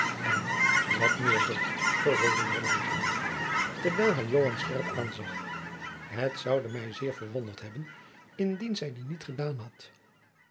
en wat meer zegt jacob van lennep de pleegzoon vervolgde hij langzaam terwijl hij joan scherp aanzag het zoude mij zeer verwonderd hebben indien zij die niet gedaan had